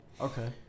Okay